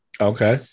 Okay